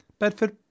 Bedford